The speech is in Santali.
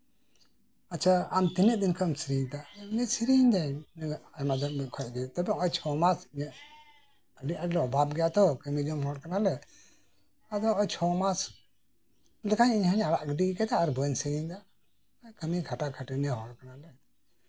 ᱟᱪᱪᱷᱟ ᱟᱢ ᱛᱤᱱᱟᱹᱜ ᱫᱤᱱ ᱠᱷᱚᱱᱮᱢ ᱥᱮᱨᱮᱧᱮᱫᱟ ᱥᱮᱨᱮᱧ ᱫᱟᱹᱧ ᱟᱭᱢᱟ ᱫᱤᱱ ᱠᱷᱚᱱᱜᱮ ᱛᱚᱵᱮ ᱱᱚᱜᱼᱚᱭ ᱪᱷᱚ ᱢᱟᱥ ᱟᱹᱰᱤᱞᱮ ᱚᱵᱷᱟᱵ ᱜᱮᱭᱟ ᱛᱚ ᱠᱟᱹᱢᱤ ᱡᱚᱝ ᱦᱚᱲ ᱠᱟᱱᱟᱞᱮ ᱱᱚᱜ ᱚᱭ ᱪᱷᱚ ᱢᱟᱥ ᱞᱮᱠᱟᱧ ᱤᱧ ᱦᱚᱧ ᱟᱲᱟᱜ ᱜᱤᱰᱤᱭ ᱠᱟᱫᱟ ᱠᱟᱹᱢᱤ ᱠᱷᱟᱴᱟ ᱠᱷᱟᱴᱱᱤ ᱦᱚᱲ ᱠᱟᱱᱟᱞᱮ